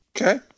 Okay